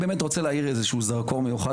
אני רוצה להאיר זרקור מיוחד